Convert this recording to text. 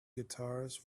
guitars